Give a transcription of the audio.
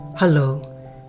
Hello